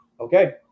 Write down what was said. okay